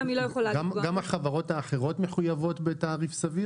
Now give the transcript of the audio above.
גם החברות האחרות מחויבות בתעריף סביר?